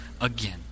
again